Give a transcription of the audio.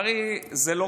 וככה זה תמיד היה נהוג,